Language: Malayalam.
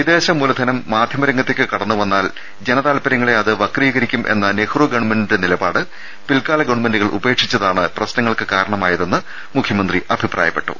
വിദേശമൂലധനം മാധ്യ മരംഗത്തേക്കു കടന്നുവന്നാൽ ജനതാൽപര്യങ്ങളെ അത് വക്രീകരിക്കും എന്ന നെഹ്രു ഗവൺമെന്റിന്റെ നിലപാട് പിൽക്കാല ഗവൺമെന്റുകൾ ഉപേ ക്ഷിച്ചതാണ് പ്രശ്നങ്ങൾക്ക് കാരണമായതെന്ന് മുഖ്യമന്ത്രി അഭിപ്രായപ്പെ ട്ടു